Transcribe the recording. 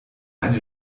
eine